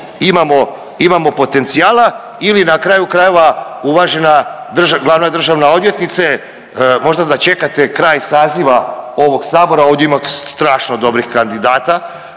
imamo potencijala ili na kraju krajeva uvažena glavna državna odvjetnice možda da čekate kraj saziva ovog sabora, ovdje ima strašno dobrih kandidata